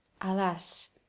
alas